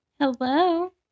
Hello